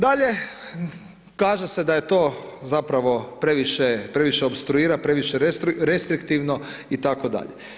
Dalje, kaže se da je to zapravo previše opstruira, previše restriktivno itd.